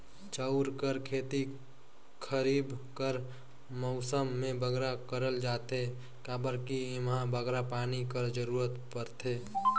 चाँउर कर खेती खरीब कर मउसम में बगरा करल जाथे काबर कि एम्हां बगरा पानी कर जरूरत परथे